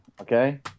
okay